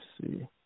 see